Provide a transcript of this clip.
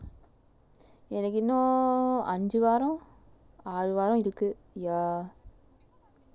எனக்கு இன்னும் அஞ்சி வரோம் ஆறு வரோம் இருக்கு:enakku innum anji vaaarom aaru vaarom irukku ya